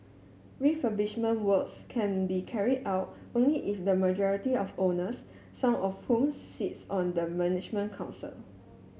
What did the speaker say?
refurbishment works can be carried out only if the majority of owners some of whom sits on the management council